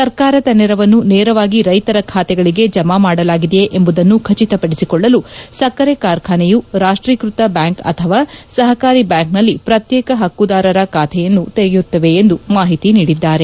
ಸರ್ಕಾರದ ನೆರವನ್ನು ನೇರವಾಗಿ ರೈತರ ಬಾತೆಗಳಿಗೆ ಜಮಾ ಮಾಡಲಾಗಿದಿಯೇ ಎಂಬುದನ್ನು ಖಚಿತಪಡಿಸಿಕೊಳ್ಳಲು ಸಕ್ಕರೆ ಕಾರ್ಖಾನೆಯು ರಾಷ್ಟೀಕೃತ ಬ್ಯಾಂಕ್ ಅಥವಾ ಸಹಕಾರಿ ಬ್ಯಾಂಕಿನಲ್ಲಿ ಪ್ರತ್ಯೇಕ ಹಕ್ಕುದಾರರ ಖಾತೆಯನ್ನು ತೆರೆಯುತ್ತವೆ ಎಂದು ಮಾಹಿತಿ ನೀಡಿದ್ದಾರೆ